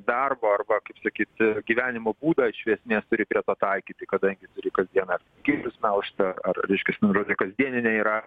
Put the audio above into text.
darbo arba kaip sakyti gyvenimo būdą iš viesmės turi prie to taikyti kadangi turi kasdienas kirvius melžt ar ar reiškias vienu žodžiu kasdieninė yra